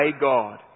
God